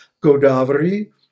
Godavari